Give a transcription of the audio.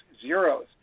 zeros